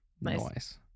Nice